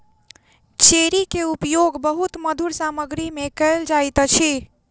cherry के उपयोग बहुत मधुर सामग्री में कयल जाइत अछि